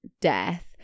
death